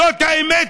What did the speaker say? זאת האמת.